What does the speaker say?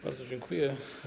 Bardzo dziękuję.